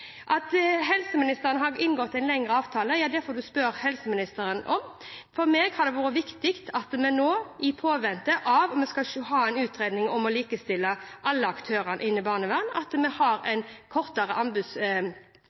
At helseministeren har inngått en lengre avtale, ja det får en spørre helseministeren om. For meg har det vært viktig at vi nå, i påvente av at vi skal ha en utredning om å likestille alle aktørene innen barnevern, har